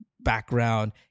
background